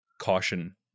caution